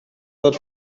that